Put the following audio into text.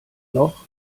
noch